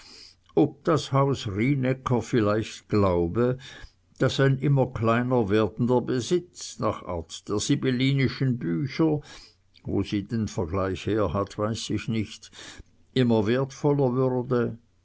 ob das haus rienäcker vielleicht glaube daß ein immer kleiner werdender besitz nach art der sibyllinischen bücher wo sie den vergleich herhat weiß ich nicht immer wertvoller würde